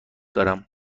دارم